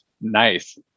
Nice